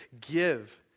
give